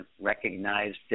recognized